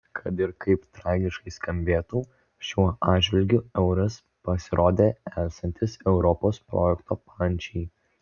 kad ir kaip tragiškai skambėtų šiuo atžvilgiu euras pasirodė esantis europos projekto pančiai